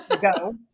go